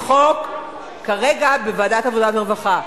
החוק כרגע בוועדת העבודה והרווחה,